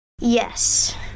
Yes